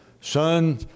son